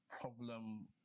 problem